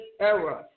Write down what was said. error